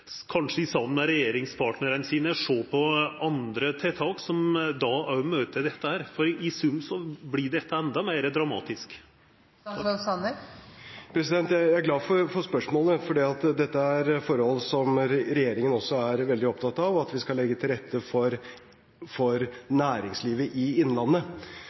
kanskje saman med regjeringspartnarane sine sjå på andre tiltak som møter dette, for i sum vert dette enda meir dramatisk. Jeg er glad for spørsmålene, for dette er forhold som regjeringen også er veldig opptatt av, at vi skal legge til rette for næringslivet i innlandet